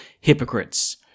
hypocrites